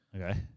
Okay